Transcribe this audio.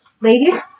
Ladies